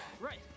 Right